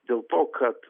dėl to kad